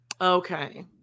okay